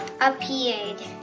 appeared